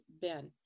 Ben